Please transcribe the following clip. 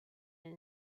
and